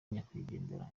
nyakwigendera